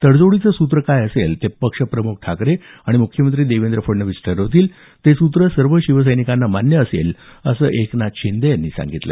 तडजोडीचं सूत्र काय असेल ते पक्षप्रम्ख ठाकरे आणि मुख्यमंत्री देवेंद्र फडणवीस ठरवतील ते सूत्र सर्व शिवसैनिकांना मान्य असेल असं एकनाथ शिंदे यांनी सांगितलं